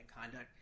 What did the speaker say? conduct